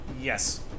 Yes